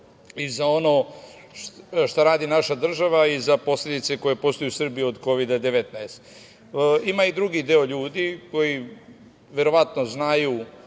i za ono što radi naša država i za posledice koje postoje u Srbiji od Kovida 19.Ima i drugi deo ljudi koji verovatno znaju